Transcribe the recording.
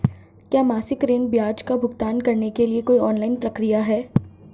क्या मासिक ऋण ब्याज का भुगतान करने के लिए कोई ऑनलाइन प्रक्रिया है?